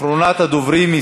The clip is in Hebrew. אחרונת הדוברים.